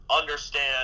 understand